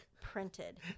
printed